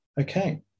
Okay